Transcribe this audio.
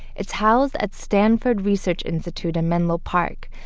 it's housed at stanford research institute in menlo park.